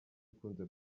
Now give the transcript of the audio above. ukunze